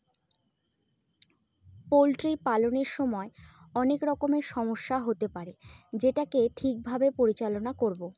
poultry পালনের সময় অনেক রকমের সমস্যা হতে পারে যেটাকে ঠিক ভাবে পরিচালনা করবো